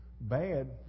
bad